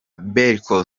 berco